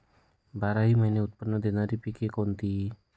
बाराही महिने उत्त्पन्न देणारी पिके कोणती?